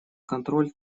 контроль